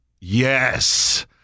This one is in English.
Yes